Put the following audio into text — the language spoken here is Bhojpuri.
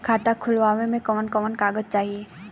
खाता खोलवावे में कवन कवन कागज चाही?